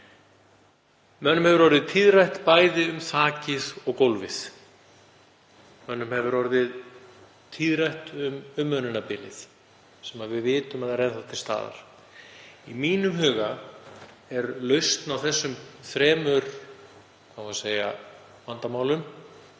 Mönnum hefur orðið tíðrætt bæði um þakið og gólfið. Mönnum hefur orðið tíðrætt um umönnunarbilið sem við vitum að er enn þá til staðar. Í mínum huga er lausnin á þessum þremur, hvað eigum við að segja, vandamálum